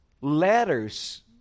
letters